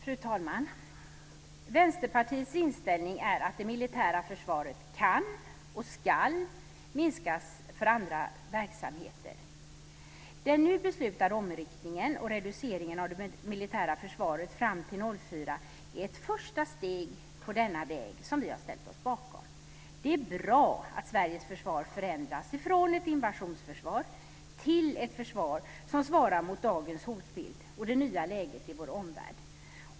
Fru talman! Vänsterpartiets inställning är att det militära försvaret kan och ska minskas till förmån för andra verksamheter. Den nu beslutade omriktningen och reduceringen av det militära försvaret fram till 2004 är ett första steg på denna väg som vi har ställt oss bakom. Det är bra att Sveriges försvar förändras från ett invasionsförsvar till ett försvar som svarar mot dagens hotbild och det nya läget i vår omvärld.